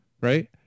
Right